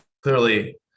clearly